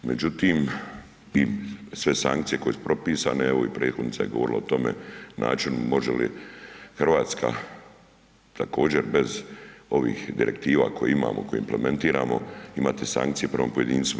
Međutim, i sve sankcije koje su propisane evo i prethodnica je govorila o tome načinu može li Hrvatska također bez ovih direktiva koje imamo, koje implementiramo imati sankcije prema pojedincima.